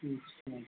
अच्छा